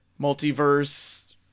multiverse